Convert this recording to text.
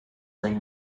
ring